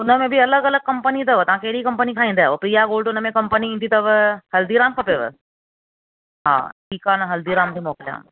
उन में बि अलॻि अलॻि कम्पनी अथव तव्हां कहिड़ी कम्पनी खाईंदा आहियो प्रियागोल्ड उन में कम्पनी ईंदी अथव हल्दीराम खपेव हा ठीक आहे न हल्दीराम थी मोकिलियांव